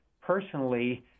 personally